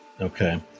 Okay